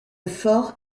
fort